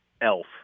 Elf